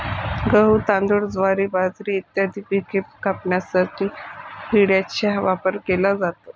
गहू, तांदूळ, ज्वारी, बाजरी इत्यादी पिके कापण्यासाठी विळ्याचा वापर केला जातो